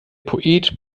poet